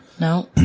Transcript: No